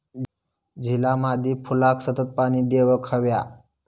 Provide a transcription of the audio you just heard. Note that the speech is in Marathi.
झिला मादी फुलाक सतत पाणी देवक हव्या